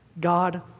God